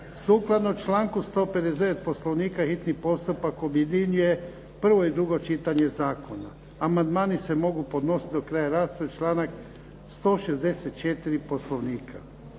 Sukladno članku 159. Poslovnika hitni postupak objedinjuje prvo i drugo čitanje zakona. Amandmani se mogu podnositi do kraja rasprave članak 164. Poslovnika.